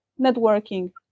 networking